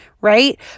right